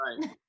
right